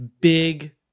big